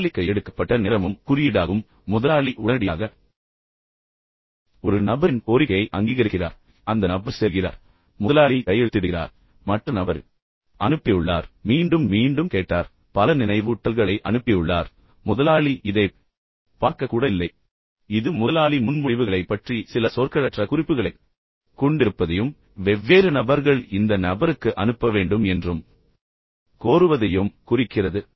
பதிலளிக்க எடுக்கப்பட்ட நேரமும் குறியீடாகும் முதலாளி உடனடியாக ஒரு நபரின் கோரிக்கையை அங்கீகரிக்கிறார் அந்த நபர் செல்கிறார் முதலாளி கையெழுத்திடுகிறார் மற்ற நபர் அனுப்பியுள்ளார் மீண்டும் மீண்டும் கேட்டார் பல நினைவூட்டல்களை அனுப்பியுள்ளார் முதலாளி இதைப் பார்க்கக் கூட இல்லை இது முதலாளி முன்மொழிவுகளைப் பற்றி சில சொற்களற்ற குறிப்புகளைக் கொண்டிருப்பதையும் வெவ்வேறு நபர்கள் இந்த நபருக்கு அனுப்ப வேண்டும் என்றும் கோருவதையும் குறிக்கிறது